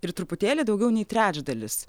ir truputėlį daugiau nei trečdalis